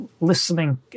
listening